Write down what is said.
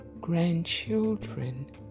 grandchildren